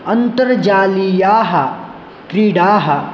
अन्तर्जालीयाः क्रीडाः